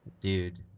Dude